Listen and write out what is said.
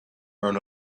earn